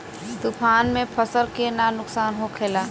तूफान से फसल के का नुकसान हो खेला?